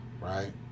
right